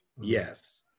Yes